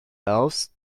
elves